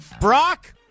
Brock